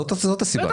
זאת הסיבה.